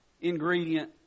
ingredient